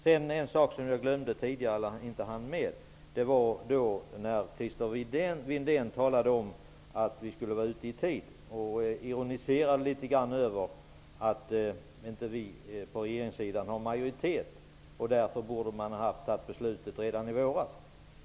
Christer Windén talade tidigare om att regeringen skulle varit ute i tid, och han ironiserade litet över att regeringen inte har majoritet och att man därför borde ha tagit upp frågan till beslut redan i våras.